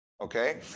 okay